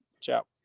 Ciao